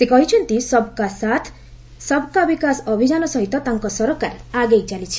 ସେ କହିଛନ୍ତି ସବ୍କା ସାଥ୍ ସବ୍କା ବିକାଶ ଅଭିଯାନ ସହିତ ତାଙ୍କ ସରକାର ଆଗେଇ ଚାଲିଛି